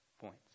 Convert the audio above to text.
points